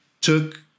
took